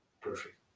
perfect